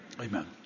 Amen